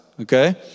okay